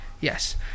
Yes